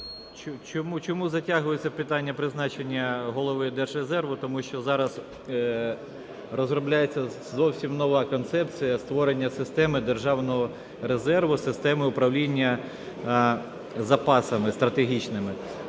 Чому затягується питання призначення Голови Держрезерву, тому що зараз розробляється зовсім нова концепція створення системи державного резерву, системи управління запасами стратегічними.